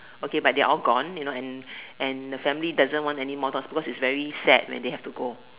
okay but they're all gone you know and and the family doesn't want any more dog because is so sad when they have to go